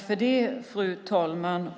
Fru talman!